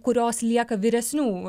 kurios lieka vyresnių